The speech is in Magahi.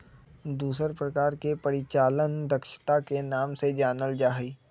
दूसर प्रकार के परिचालन दक्षता के नाम से जानल जा हई